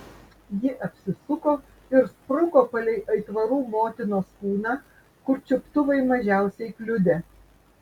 ji apsisuko ir spruko palei aitvarų motinos kūną kur čiuptuvai mažiausiai kliudė